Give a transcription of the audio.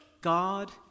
God